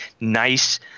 nice